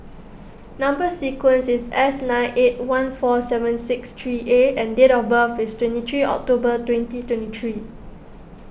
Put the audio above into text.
Number Sequence is S nine eight one four seven six three A and date of birth is twenty three October twenty twenty three